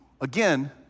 Again